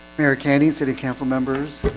mary candy city council members